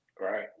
right